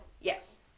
Yes